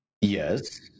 Yes